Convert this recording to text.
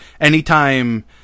anytime